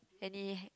any